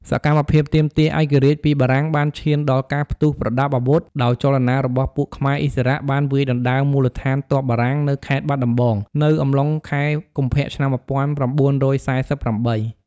សកម្មភាពទាមទារឯករាជ្យពីបារាំងបានឈានដល់ការផ្ទុះប្រដាប់វុធ ដោយចលនារបស់ពួកខ្មែរឥស្សរៈ បានវាយដណ្ដើមមូលដ្ឋានទ័ពបារាំងនៅ ខេត្តបាត់ដំបង នៅអំឡុងខែកុម្ភៈឆ្នាំ ១៩៤៨